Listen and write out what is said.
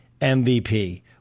MVP